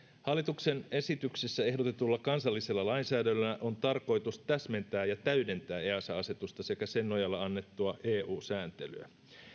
hallituksen esityksessä ehdotetulla kansallisella lainsäädännöllä on tarkoitus täsmentää ja täydentää easa asetusta sekä sen nojalla annettua eu sääntelyä